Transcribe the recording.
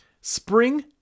Spring